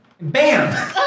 Bam